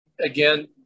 again